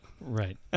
Right